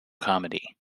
comedy